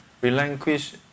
relinquish